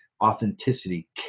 authenticity